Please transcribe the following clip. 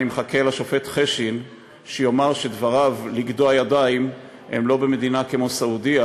אני מחכה לשופט חשין שיאמר שדבריו לגדוע ידיים הם לא במדינה כמו סעודיה,